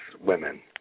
women